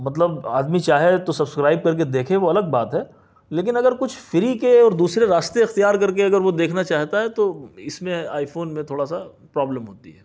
مطلب آدمی چاہے تو سبسکرائب کر کے دیکھے وہ الگ بات ہے لیکن اگر کچھ فری کے اور دوسرے راستے اختیار کر کے اگر وہ دیکھنا چاہتا ہے تو اس میں آئی فون میں تھوڑا سا پرابلم ہوتی ہے